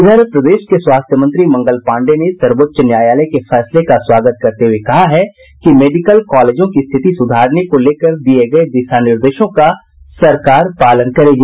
इधर प्रदेश के स्वास्थ्य मंत्री मंगल पांडेय ने सर्वोच्च न्यायालय के फैसले का स्वागत करते हुये कहा है कि मेडिकल कॉलेजों की स्थिति सुधारने को लेकर दिये गए निर्देशों का सरकार पालन करेगी